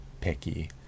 picky